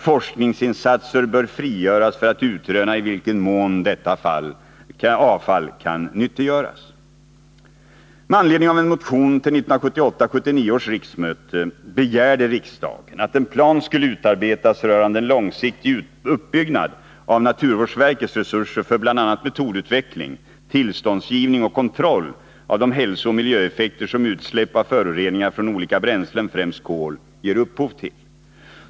Forskningsinsatser bör frigöras för att utröna i vilken mån detta avfall kan nyttiggöras. Med anledning av en motion till 1978/79 års riksmöte begärde riksdagen att en plan skulle utarbetas rörande en långsiktig uppbyggnad av naturvårdsverkets resurser för bl.a. metodutveckling, tillståndsgivning och kontroll av de hälsooch miljöeffekter som utsläpp av föroreningar från olika bränslen, främst kol, ger upphov till.